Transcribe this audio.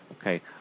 Okay